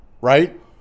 Right